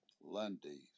Lundy